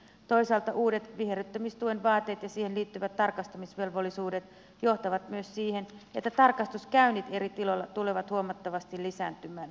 toisaalta uudet viherryttämistuen vaateet ja siihen liittyvät tarkastamisvelvollisuudet johtavat myös siihen että tarkastuskäynnit eri tiloilla tulevat huomattavasti lisääntymään